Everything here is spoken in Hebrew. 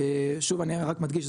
שוב אני רק מדגיש,